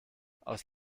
aus